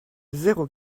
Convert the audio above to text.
zéro